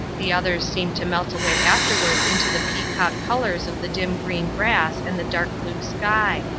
the others seemed to melt away afterwards into the peacock colours of the dim green grass and the dark blue sky.